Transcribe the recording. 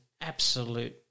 absolute